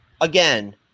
again